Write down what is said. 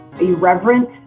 irreverent